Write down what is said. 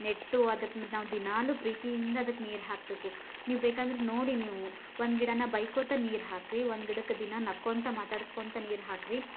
ನೆಟ್ಟು ಅದಕ್ಕೆ ನಾವು ದಿನಾಲೂ ಪ್ರೀತಿಯಿಂದ ಅದಕ್ಕೆ ನೀರು ಹಾಕಬೇಕು ನೀವು ಬೇಕೆಂದರೆ ನೋಡಿ ನೀವು ಒಂದು ಗಿಡನ ಬೈಕೊಳ್ತ ನೀರು ಹಾಕಿರಿ ಒಂದು ಗಿಡಕ್ಕೆ ದಿನ ನಕ್ಕೊಳ್ತಾ ಮಾತಾಡ್ಸ್ಕೊಳ್ತ ನೀರು ಹಾಕಿರಿ